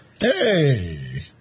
Hey